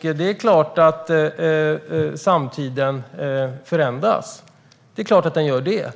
Det är klart att samtiden förändras. Det blir